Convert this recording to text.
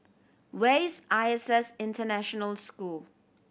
where is I S S International School